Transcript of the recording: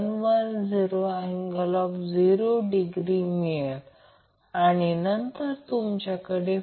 आणि हा line current आहे हा लहान a ते कॅपिटलA मधला करंट आहे हा लहान b ते कॅपिटल आहे हा लहान c ते कॅपिटल C आहे हे सर्व लाइन टू लाईन करंट आहेत